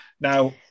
Now